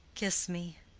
kiss me.